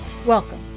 Welcome